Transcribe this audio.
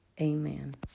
Amen